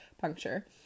puncture